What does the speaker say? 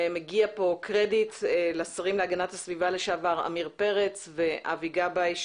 ומגיע פה קרדיט לשרים להגנת הסביבה לשעבר עמיר פרץ ואבי גבאי,